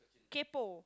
kaypo